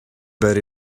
but